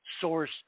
source